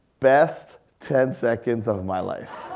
best ten seconds of my life.